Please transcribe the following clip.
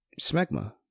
smegma